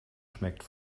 schmeckt